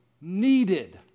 needed